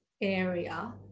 area